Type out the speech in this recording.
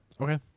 Okay